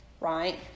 right